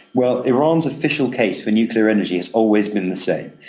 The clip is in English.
well, iran's official case for nuclear energy has always been the same,